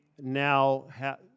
now